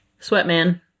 Sweatman